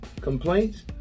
complaints